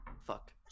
Fuck